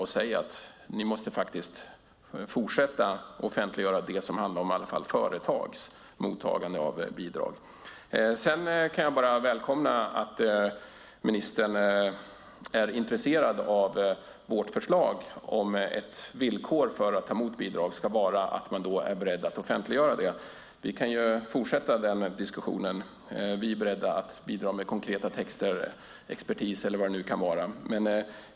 Man borde säga: Ni måste fortsätta att offentliggöra i varje fall det som handlar om företags mottagande av bidrag. Jag kan bara välkomna att ministern är intresserad av vårt förslag att ett villkor för att ta emot bidrag ska vara att man är beredd att offentliggöra det. Vi kan fortsätta den diskussionen. Vi är beredda att bidra med konkreta texter, expertis eller vad det nu kan vara.